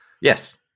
Yes